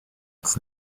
its